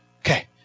Okay